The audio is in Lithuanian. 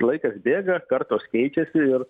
laikas bėga kartos keičiasi ir